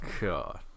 God